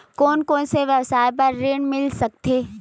कोन कोन से व्यवसाय बर ऋण मिल सकथे?